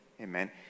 Amen